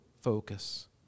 focus